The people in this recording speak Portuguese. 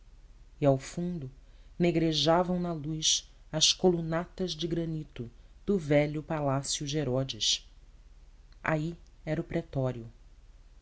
e ao fundo negrejavam na luz as colunatas de granito do velho palácio de herodes aí era o pretório